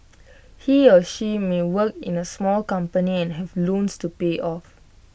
he or she may work in A small company and have loans to pay off